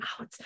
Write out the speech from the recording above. out